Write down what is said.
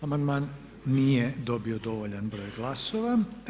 Amandman nije dobio dovoljan broj glasova.